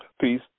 peace